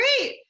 great